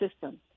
system